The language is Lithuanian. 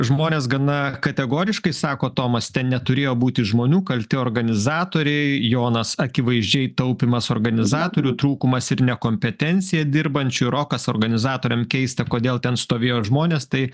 žmonės gana kategoriškai sako tomas neturėjo būti žmonių kalti organizatoriai jonas akivaizdžiai taupymas organizatorių trūkumas ir nekompetencija dirbančių rokas organizatoriam keista kodėl ten stovėjo žmonės tai